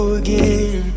again